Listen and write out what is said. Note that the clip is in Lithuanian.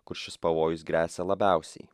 kur šis pavojus gresia labiausiai